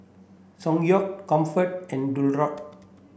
Ssangyong Comfort and Dualtron